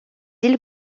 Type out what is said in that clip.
îles